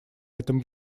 этом